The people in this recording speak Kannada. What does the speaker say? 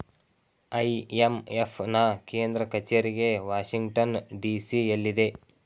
ಐ.ಎಂ.ಎಫ್ ನಾ ಕೇಂದ್ರ ಕಚೇರಿಗೆ ವಾಷಿಂಗ್ಟನ್ ಡಿ.ಸಿ ಎಲ್ಲಿದೆ